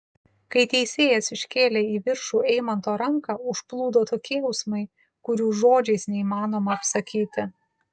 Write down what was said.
kai teisėjas iškėlė į viršų eimanto ranką užplūdo tokie jausmai kurių žodžiais neįmanoma apsakyti